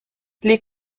les